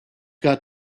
got